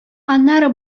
аннары